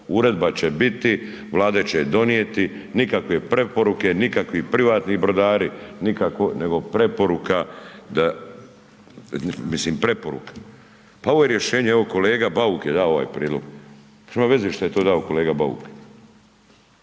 uredba će biti, Vlada će je donijeti, nikakve preporuke, nikakvi privatni brodari nego preporuka da mislim, preporuka. Pa ovo je rješenje, evo bauk je dao ovaj prijedlog. Pa nema veze šta je to dao kolega Bauk.